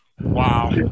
Wow